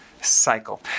cycle